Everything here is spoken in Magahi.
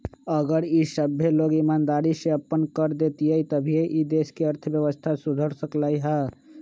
अगर सभ्भे लोग ईमानदारी से अप्पन कर देतई तभीए ई देश के अर्थव्यवस्था सुधर सकलई ह